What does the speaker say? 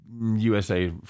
USA